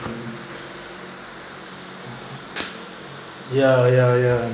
ya ya ya